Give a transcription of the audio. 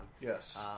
Yes